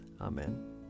Amen